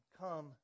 Come